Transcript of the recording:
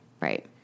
right